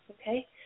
Okay